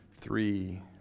three